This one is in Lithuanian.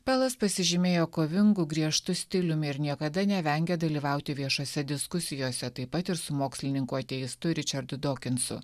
pelas pasižymėjo kovingu griežtu stiliumi ir niekada nevengė dalyvauti viešose diskusijose taip pat ir su mokslininku ateistu ričardu dokinsu